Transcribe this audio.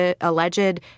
alleged